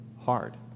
hard